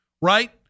Right